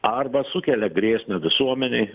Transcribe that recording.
arba sukelia grėsmę visuomenei